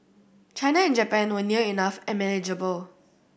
China and Japan were near enough and manageable